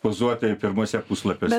pozuoti pirmuose puslapiuose